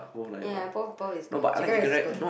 ya both both is good chicken rice is good